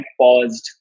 paused